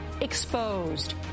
exposed